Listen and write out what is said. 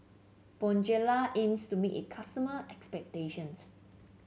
Bonjela aims to meet its customer expectations